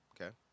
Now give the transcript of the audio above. Okay